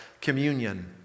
communion